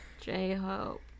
J-Hope